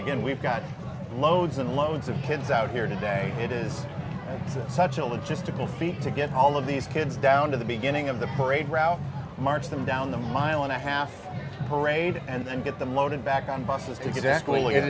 again we've got loads and loads of kids out here today it is such a logistical feat to get all of these kids down to the beginning of the parade route march them down the mile and a half parade and then get them loaded back on buses